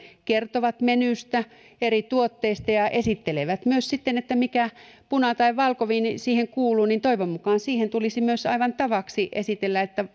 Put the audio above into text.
kertovat menyystä ja eri tuotteista ja esittelevät myös sitten mikä puna tai valkoviini siihen kuuluu niin toivon mukaan siihen tulisi aivan tavaksi esitellä että